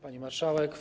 Pani Marszałek!